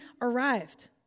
arrived